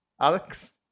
Alex